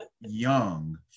Young